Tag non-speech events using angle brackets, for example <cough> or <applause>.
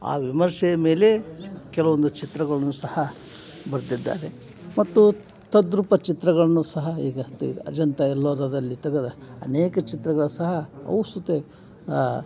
ಆ ವಿಮರ್ಶೆಯ ಮೇಲೆ ಕೆಲವೊಂದು ಚಿತ್ರಗಳ್ನೂ ಸಹ ಬರೆದಿದ್ದಾರೆ ಮತ್ತು ತದ್ರೂಪ ಚಿತ್ರಗಳನ್ನೂ ಸಹ ಈಗ <unintelligible> ಅಜಂತಾ ಎಲ್ಲೋರದಲ್ಲಿ ತೆಗೆದ ಅನೇಕ ಚಿತ್ರಗಳೂ ಸಹ ಅವೂ ಸುತ